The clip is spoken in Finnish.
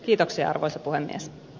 kiitoksia arvoisa puhemies